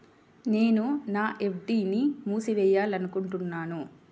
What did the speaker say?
నేను నా ఎఫ్.డీ ని మూసివేయాలనుకుంటున్నాను